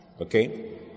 okay